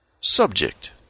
Subject